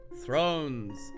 thrones